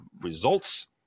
results